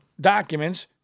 documents